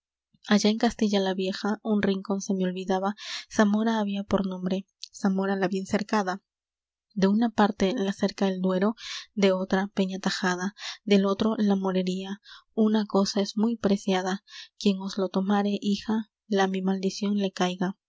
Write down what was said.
en castilla la vieja un rincón se me olvidaba zamora había por nombre zamora la bien cercada de una parte la cerca el duero de otra peña tajada del otro la morería una cosa es muy preciada quien os lo tomare hija la mi maldición le caiga